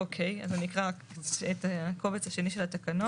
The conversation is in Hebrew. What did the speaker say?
אוקיי, אז אני אקרא רק את הקובץ השני של התקנות.